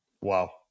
Wow